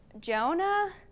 Jonah